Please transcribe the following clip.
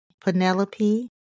Penelope